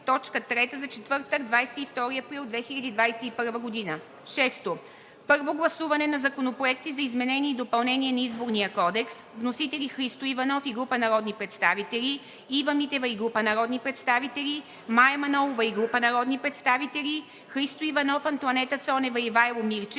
четвъртък, 22 април 2021 г. 6. Първо гласуване на законопроекти за изменение и допълнение на Изборния кодекс. Вносители – Христо Иванов и група народни представители; Ива Митева и група народни представители; Мая Манолова и група народни представители; Христо Иванов, Антоанета Цонева и Ивайло Мирчев;